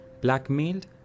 blackmailed